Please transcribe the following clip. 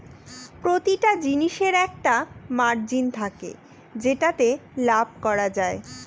প্রতিটা জিনিসের একটা মার্জিন থাকে যেটাতে লাভ করা যায়